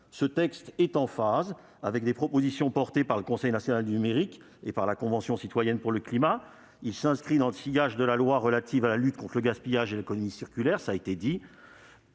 Il est en phase avec des propositions portées par le Conseil national du numérique et par la Convention citoyenne pour le climat. Il s'inscrit dans le sillage de la loi relative à la lutte contre le gaspillage et à l'économie circulaire. Ce n'est